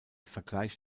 vergleich